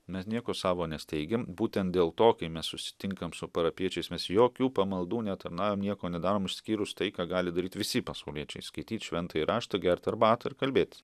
mes nieko savo nesteigiam būtent dėl to kai mes susitinkam su parapijiečiais mes jokių pamaldų netarnaujam nieko nedarom išskyrus tai ką gali daryt visi pasauliečiai skaityt šventąjį raštą gerti arbatą ir kalbėtis